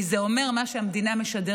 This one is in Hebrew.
כי זה אומר כלפי כולם את מה שהמדינה משדרת: